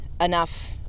enough